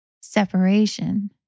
separation